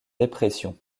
dépression